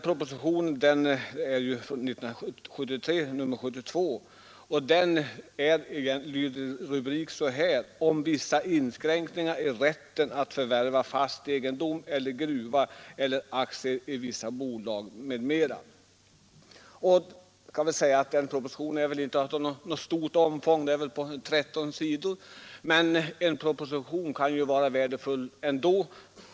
Propositionen har följande rubrik: Förslag till lag om ändring i lagen om vissa inskränkningar i rätten att förvärva fast egendom eller gruva eller aktier i vissa bolag, m.m. Propositionen omfattar inte mer än 13 sidor, men är ändock värdefull.